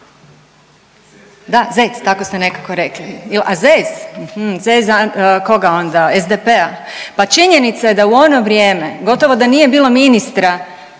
Da zec tako ste nekako rekli. Jel a zez, aha, zez a koga onda SDP-a? Pa činjenica je da u ono vrijeme gotovo da nije bilo ministra